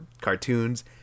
cartoons